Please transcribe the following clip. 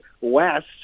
west